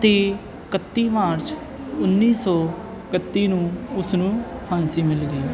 ਅਤੇ ਇਕੱਤੀ ਮਾਰਚ ਉੱਨੀ ਸੌ ਇਕੱਤੀ ਨੂੰ ਉਸ ਨੂੰ ਫਾਂਸੀ ਮਿਲ ਗਈ